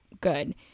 good